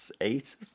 Eight